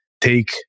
take